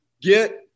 get